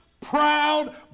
proud